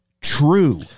true